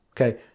okay